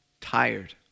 Tired